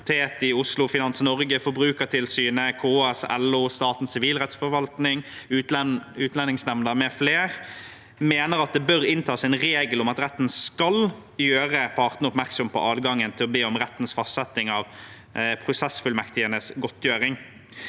fakultet i Oslo, Finans Norge, Forbrukertilsynet, KS, LO, Statens sivilrettsforvaltning og Utlendingsnemnda mfl. mener at det bør inntas en regel om at retten skal gjøre partene oppmerksom på adgangen til å be om rettens fastsetting av prosessfullmektigenes godtgjøring.